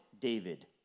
David